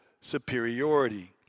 superiority